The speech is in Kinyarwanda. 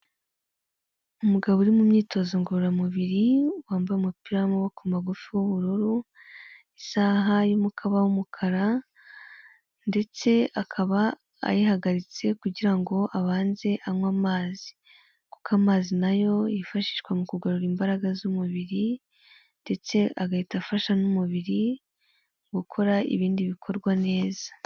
Umugabo uri mu myitozo ngororamubiri wambaye umupira w'amaboko magufi w'ubururu isaha y'umukoba w'umukara ndetse akaba ayihagaritse kugira ngo abanze anywe amazi kuko amazi nayo yifashishwa mu kugarura imbaraga z'umubiri ndetse agahita afasha n'umubiri gukora ibindi bikorwa neza.